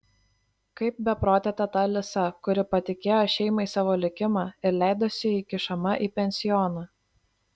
kaip beprotė teta alisa kuri patikėjo šeimai savo likimą ir leidosi įkišama į pensioną